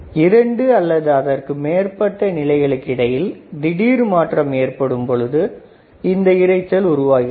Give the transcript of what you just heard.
இரண்டு அல்லது அதற்கு மேற்பட்ட நிலைகளுக்கு இடையில் திடீர் மாற்றம் ஏற்படும் பொழுது இந்த சத்தம் உருவாகிறது